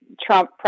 Trump